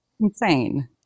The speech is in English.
Insane